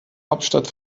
hauptstadt